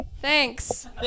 Thanks